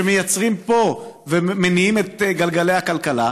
שמייצרים פה ומניעים את גלגלי הכלכלה.